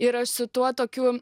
ir aš su tuo tokiu